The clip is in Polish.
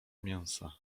mięsa